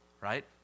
right